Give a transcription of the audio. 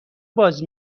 باز